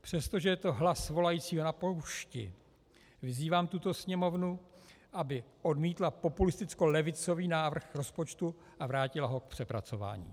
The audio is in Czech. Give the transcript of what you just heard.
Přestože je to hlas volajícího na poušti, vyzývám tuto Sněmovnu, aby odmítla populistickolevicový návrh rozpočtu a vrátila ho k přepracování.